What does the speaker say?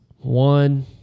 one